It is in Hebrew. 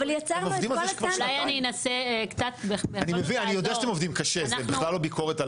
אני יודע שאתם עובדים קשה, זו בכלל לא ביקורת.